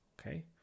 okay